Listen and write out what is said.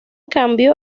cambio